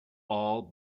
all